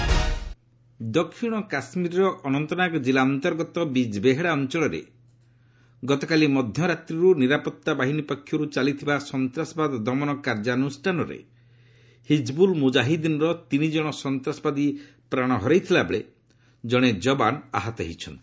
JK encounter ଦକ୍ଷିଣ କାଶ୍ମୀରର ଅନନ୍ତନାଗ ଜିଲ୍ଲା ଅନ୍ତର୍ଗତ ବିଜ୍ବେହେଡ଼ା ଅଞ୍ଚଳରେ ଗତକାଲି ମଧ୍ୟରାତ୍ରିରୁ ନିରାପତ୍ତା ବାହିନୀ ପକ୍ଷରୁ ଚାଲିଥିବା ସନ୍ତାସବାଦ ଦମନ କାର୍ଯ୍ୟାନୁଷ୍ଠାନରେ ହିଜିବୁଲ୍ ମୁଜାହିଦିନ୍ର ତିନିଜଣ ସନ୍ତାସବାଦୀ ପ୍ରାଣହରାଇଥିବା ବେଳେ ଜଣେ ଯବାନ ଆହତ ହୋଇଛନ୍ତି